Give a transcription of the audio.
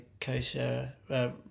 Kosher